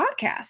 podcast